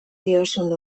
diozun